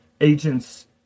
agents